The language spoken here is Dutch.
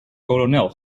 kolonel